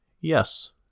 yes